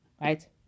right